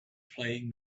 playing